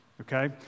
okay